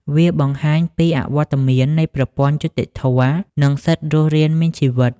វាបង្ហាញពីអវត្តមាននៃប្រព័ន្ធយុត្តិធម៌ និងសិទ្ធិរស់រានមានជីវិត។